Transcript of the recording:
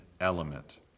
element